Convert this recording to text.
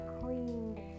clean